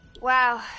Wow